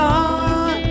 on